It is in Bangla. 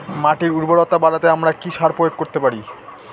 মাটির উর্বরতা বাড়াতে আমরা কি সার প্রয়োগ করতে পারি?